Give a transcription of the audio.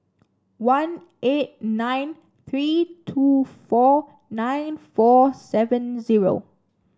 one eight nine three two four nine four seven zero